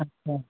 अच्छा